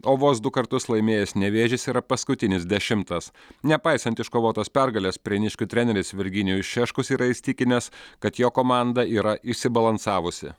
o vos du kartus laimėjęs nevėžis yra paskutinis dešimtas nepaisant iškovotos pergalės prieniškių treneris virginijus šeškus yra įsitikinęs kad jo komanda yra išsibalansavusi